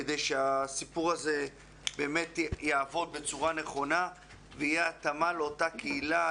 כדי שהסיפור הזה באמת יעבוד בצורה נכונה ותהיה התאמה לאותה קהילה,